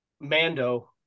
Mando